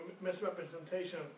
misrepresentation